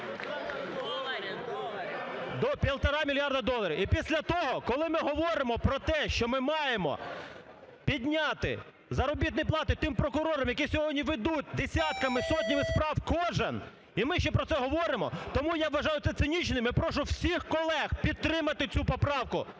мільярди доларів. І після того, коли ми говоримо про те, що ми маємо підняти заробітні плати тим прокурорам, які сьогодні ведуть десятками, сотнями справ кожен… І ми ще про це говоримо? Тому я вважаю це цинічним, і прошу всіх колег підтримати цю поправку.